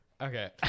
Okay